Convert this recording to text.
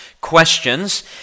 questions